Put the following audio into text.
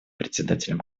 председателем